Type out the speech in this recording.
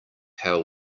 how